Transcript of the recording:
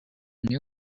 new